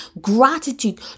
gratitude